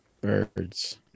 birds